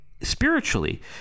spiritually